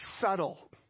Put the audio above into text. subtle